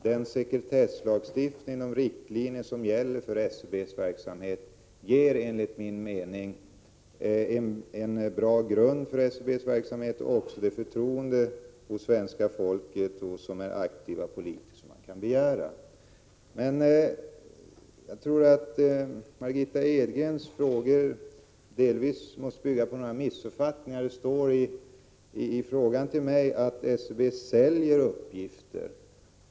Den sekretesslagstiftning och de riktlinjer som gäller för SCB:s verksamhet ger enligt min mening en så bra grund som man kan begära för SCB:s verksamhet och också för förtroendet hos svenska folket och hos oss som är aktiva politiker. Margitta Edgrens frågor måste delvis bygga på några missuppfattningar. Det står i frågan till mig att SCB säljer uppgifter.